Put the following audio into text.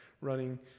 running